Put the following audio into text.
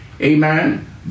Amen